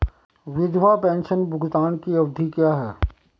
विधवा पेंशन भुगतान की अवधि क्या है?